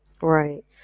Right